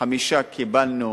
5 קיבלנו